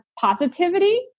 positivity